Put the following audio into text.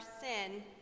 sin